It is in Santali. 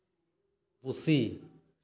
ᱯᱩᱥᱤ